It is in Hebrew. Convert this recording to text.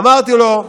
אמרתי לו: